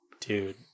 Dude